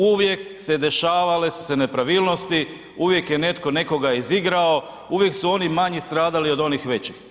Uvijek se dešavale su se nepravilnosti, uvijek je netko nekoga izigrao, uvijek su oni manji stradali od onih većih.